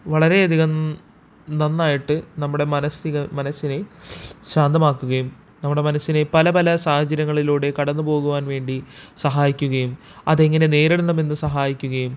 വളരെയധികം നന്നായിട്ട് നമ്മുടെ മാനസിക മനസ്സിനെ ശാന്തമാക്കുകയും നമ്മുടെ മനസ്സിനെ പലപല സാഹചര്യങ്ങളിലൂടെ കടന്നു പോകുവാൻ വേണ്ടി സഹായിക്കുകയും അതെങ്ങനെ നേരിടണമെന്ന് സഹായിക്കുകയും